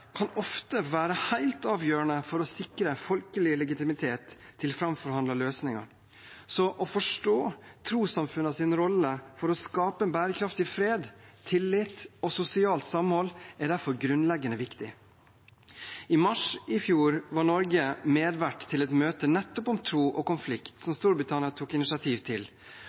kan ofte være helt avgjørende for å sikre folkelig legitimitet til framforhandlede løsninger. Så å forstå trossamfunnenes rolle for å skape en bærekraftig fred, tillit og sosialt samhold er derfor grunnleggende viktig. I mars i fjor var Norge medvert til et møte nettopp om tro og konflikt, som Storbritannia tok initiativ til.